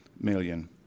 million